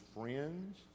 friends